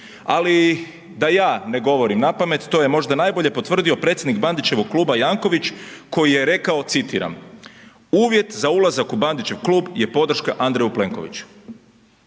ali da ja ne govorim napamet, to je možda najbolje potvrdio predsjednik Bandićevog kluga Janković koji je rekao citiram „uvjet za ulazak u Bandićev klub je podrška Andreju Plenkoviću“.